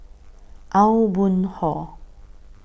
Aw Boon Haw